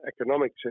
economic